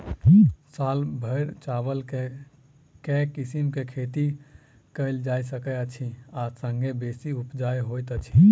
साल भैर चावल केँ के किसिम केँ खेती कैल जाय सकैत अछि आ संगे बेसी उपजाउ होइत अछि?